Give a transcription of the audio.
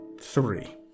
three